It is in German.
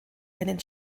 einen